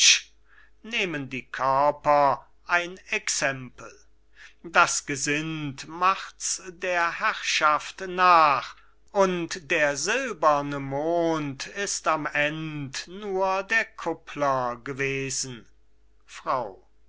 nehmen die körper ein exempel das gesind macht's der herrschaft nach und der silberne mond ist am end nur der kuppler gewesen frau